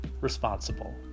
responsible